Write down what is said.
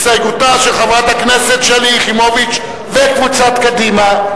הסתייגותה של חברת הכנסת שלי יחימוביץ וקבוצת קדימה.